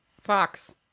Fox